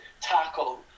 tackle